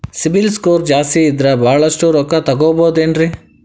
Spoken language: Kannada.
ಸಿಬಿಲ್ ಸ್ಕೋರ್ ಜಾಸ್ತಿ ಇದ್ರ ಬಹಳಷ್ಟು ರೊಕ್ಕ ಸಾಲ ತಗೋಬಹುದು ಏನ್ರಿ?